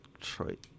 Detroit